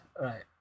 right